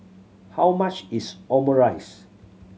how much is Omurice